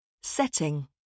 Setting